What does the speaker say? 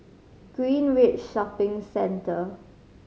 Greenridge Shopping Centre